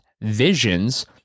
visions